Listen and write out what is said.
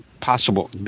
possible